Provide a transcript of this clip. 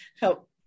help